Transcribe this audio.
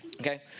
Okay